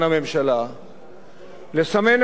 לסמן את היעדים כיעדים משותפים,